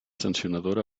sancionadora